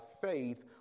faith